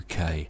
UK